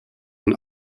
een